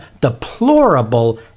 deplorable